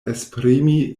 esprimi